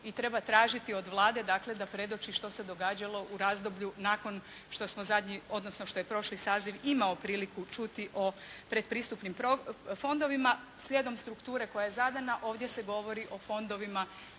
i treba tražiti od Vlade dakle da predoči što se događalo u razdoblju nakon što smo zadnji, odnosno što je prošli saziv imao priliku čuti o pretpristupnim fondovima. Slijedom strukture koja je zadana, ovdje se govori o fondovima